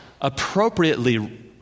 appropriately